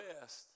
best